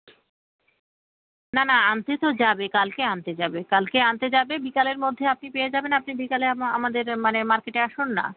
না না আনতে তো যাবে কালকে আনতে যাবে কালকে আনতে যাবে বিকালের মধ্যে আপনি পেয়ে যাবেন আপনি বিকালে ম আমাদের মানে মার্কেটে আসুন না